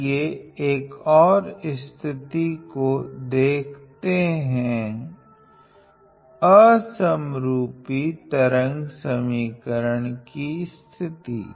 चलिए एक ओर स्थिति को देखते है असमरूपि तरंग समीकरण की स्थिति